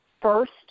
first